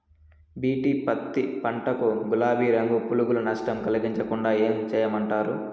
BT పత్తి పంట కు, గులాబీ రంగు పులుగులు నష్టం కలిగించకుండా ఏం చేయమంటారు?